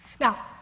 Now